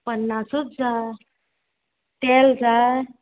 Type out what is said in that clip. पन्नासूच जाय तेल जाय